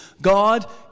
God